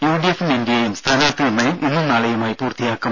യുഡിഎഫും എൻഡിഎയും സ്ഥാനാർത്ഥി നിർണയം ഇന്നും നാളെയുമായി പൂർത്തിയാക്കും